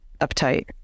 uptight